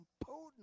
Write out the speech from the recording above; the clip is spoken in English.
potent